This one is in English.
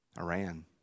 Iran